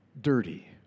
dirty